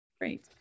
Great